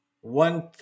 one